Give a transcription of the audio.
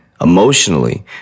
emotionally